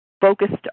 focused